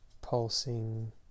pulsing